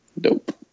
dope